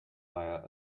via